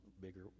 bigger